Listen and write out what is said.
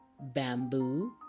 Bamboo